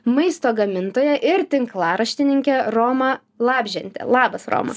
maisto gamintoja ir tinklaraštininkė roma labžentė labas roma